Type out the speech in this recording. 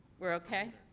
we're okay?